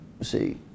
see